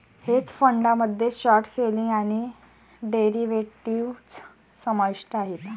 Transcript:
hedge फंडामध्ये short selling आणि derivatives समाविष्ट आहेत